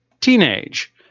Teenage